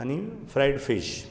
आनी fried fish